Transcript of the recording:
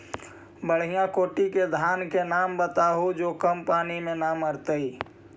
बढ़िया कोटि के धान के नाम बताहु जो कम पानी में न मरतइ?